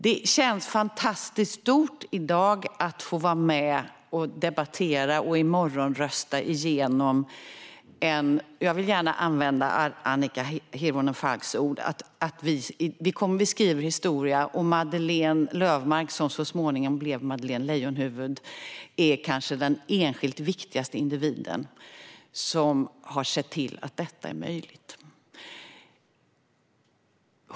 Det känns fantastiskt stort att i dag få vara med och debattera och i morgon rösta igenom det nu aktuella lagförslaget. Jag vill gärna använda Annika Hirvonen Falks ord: Vi skriver historia. Madeleine Löfmarck, som så småningom blev Madeleine Leijonhufvud, är kanske den enskilt viktigaste individen när det har gällt att se till att detta blev möjligt.